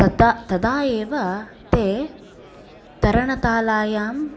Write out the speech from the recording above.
तता तदा एव ते तरणतालायां